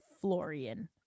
Florian